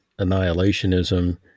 annihilationism